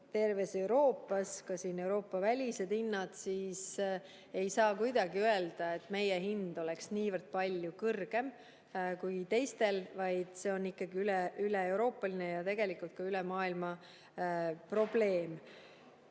terves Euroopas ja ka Euroopa- väliseid hindu, siis ei saa kuidagi öelda, et meie hind on niivõrd palju kõrgem kui teistel. See on ikkagi üleeuroopaline ja tegelikult kogu maailma probleem.